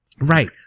Right